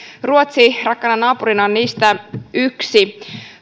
ruotsi rakkaana naapurina on niistä yksi